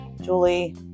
Julie